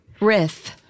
Rith